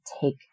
take